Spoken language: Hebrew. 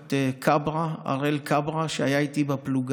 משפחת כברה, הראל כברה, שהיה איתי בפלוגה.